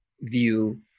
view